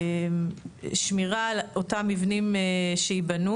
לפעילות, ושמירה על אותם מבנים שייבנו,